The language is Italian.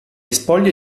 spoglie